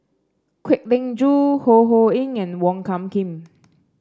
Kwek Leng Joo Ho Ho Ying and Wong Hung Khim